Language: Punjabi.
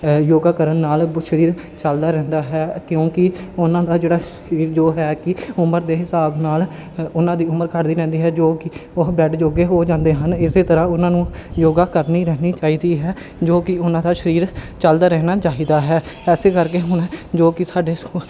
ਯੋਗਾ ਕਰਨ ਨਾਲ ਵੋ ਸਰੀਰ ਚਲਦਾ ਰਹਿੰਦਾ ਹੈ ਕਿਉਂਕਿ ਉਹਨਾਂ ਦਾ ਜਿਹੜਾ ਸਰੀਰ ਜੋ ਹੈ ਕਿ ਉਮਰ ਦੇ ਹਿਸਾਬ ਨਾਲ ਉਹਨਾਂ ਦੀ ਉਮਰ ਘੱਟਦੀ ਰਹਿੰਦੀ ਹੈ ਜੋ ਕਿ ਉਹ ਬੈਡ ਜੋਗੇ ਹੋ ਜਾਂਦੇ ਹਨ ਇਸੇ ਤਰ੍ਹਾਂ ਉਹਨਾਂ ਨੂੰ ਯੋਗਾ ਕਰਨੀ ਰਹਿਣੀ ਚਾਹੀਦੀ ਹੈ ਜੋ ਕਿ ਉਹਨਾਂ ਦਾ ਸਰੀਰ ਚੱਲਦਾ ਰਹਿਣਾ ਚਾਹੀਦਾ ਹੈ ਇਸੇ ਕਰਕੇ ਹੁਣ ਜੋ ਕਿ ਸਾਡੇ